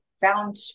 found